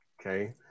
Okay